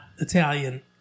Italian